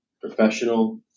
professional